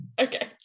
Okay